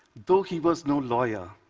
though he was no lawyer,